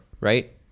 Right